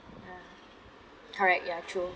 ya correct ya true